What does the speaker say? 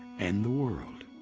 and the world.